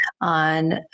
on